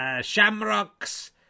shamrocks